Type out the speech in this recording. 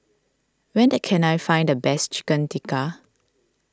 where can I find the best Chicken Tikka